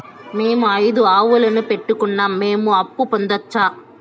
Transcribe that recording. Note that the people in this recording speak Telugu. మేము ఐదు ఆవులని పెట్టుకున్నాం, మేము అప్పు పొందొచ్చా